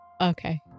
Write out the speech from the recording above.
Okay